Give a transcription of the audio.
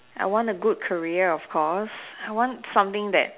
I want a good career of course I want something that